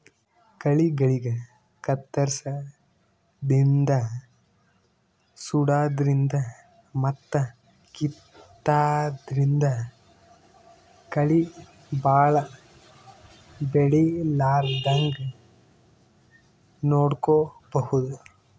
ಕಳಿಗಳಿಗ್ ಕತ್ತರ್ಸದಿನ್ದ್ ಸುಡಾದ್ರಿನ್ದ್ ಮತ್ತ್ ಕಿತ್ತಾದ್ರಿನ್ದ್ ಕಳಿ ಭಾಳ್ ಬೆಳಿಲಾರದಂಗ್ ನೋಡ್ಕೊಬಹುದ್